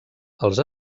els